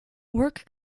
work